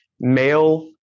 male